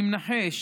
אני מנחש